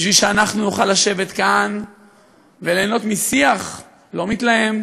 בשביל שאנחנו נוכל לשבת כאן וליהנות משיח לא מתלהם,